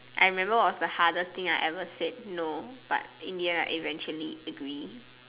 I remember what was the hardest thing I ever said no but in the end I eventually agree